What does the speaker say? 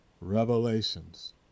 revelations